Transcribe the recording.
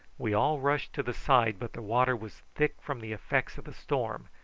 we all rushed to the side, but the water was thick from the effects of the storm,